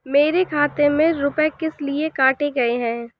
मेरे खाते से रुपय किस लिए काटे गए हैं?